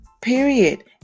Period